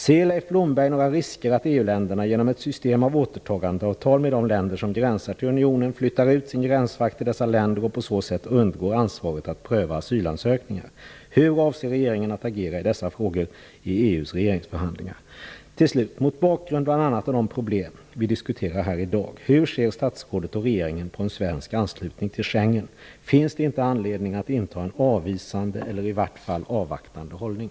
Ser Leif Blomberg några risker i att EU-länderna genom ett system av återtagandeavtal med de länder som gränsar till unionen flyttar ut sin gränsvakt till dessa länder och på så sätt undgår ansvaret att pröva sylansökningar? Hur avser regeringen att agera i dessa frågor i EU:s regeringsförhandlingar? Mot bakgrund av bl.a. de problem vi diskuterat i dag undrar jag hur statsrådet och regeringen ser på en svensk anslutning till Schengenavtalet. Finns det inte anledning att inta en avvisande eller åtminstone avvaktande hållning?